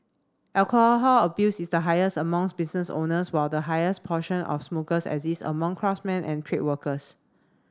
alcohol abuse is the highest among business owners while the highest portion of smokers exists among craftsmen and trade workers